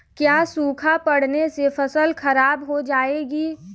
क्या सूखा पड़ने से फसल खराब हो जाएगी?